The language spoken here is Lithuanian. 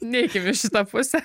ne vis į tą pusę